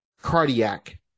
cardiac